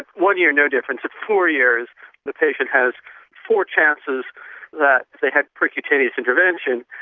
one year no difference, at four years the patients have four chances that they have percutaneous intervention,